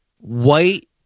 White